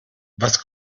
was